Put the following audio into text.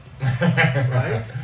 right